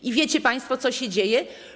I wiecie państwo, co się dzieje?